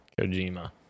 Kojima